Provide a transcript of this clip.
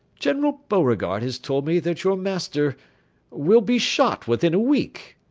general beauregard has told me that your master will be shot within a week.